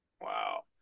Wow